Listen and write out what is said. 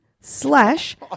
slash